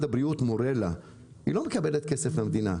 הבריאות מורה לה לא מקבלת כסף מהמדינה.